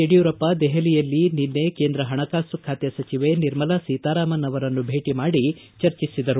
ಯಡಿಯೂರಪ್ಪ ದೆಪಲಿಯಲ್ಲಿ ನಿನ್ನೆ ಕೇಂದ್ರ ಪಣಕಾಸು ಖಾತೆ ಸಚಿವೆ ನಿರ್ಮಲಾ ಸೀತಾರಾಮನ್ ಅವರನ್ನು ಭೇಟಿ ಮಾಡಿ ಚರ್ಚಿಸಿದರು